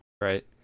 Right